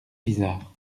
bizarre